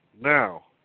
Now